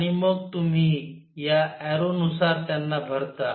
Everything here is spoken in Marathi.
आणि मग तुम्ही या एरो नुसार त्यांना भरता